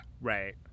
Right